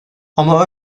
ama